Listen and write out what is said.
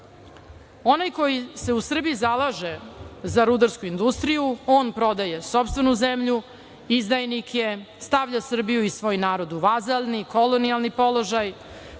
onaj ko se u Srbiji zalaže za rudarsku industriju, on prodaje sopstvenu zemlju, izdajnik je, stavlja Srbiju i svoj narod u vazalni, kolonijalni položaj,